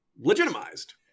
legitimized